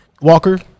Walker